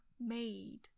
made